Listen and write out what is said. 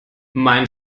mein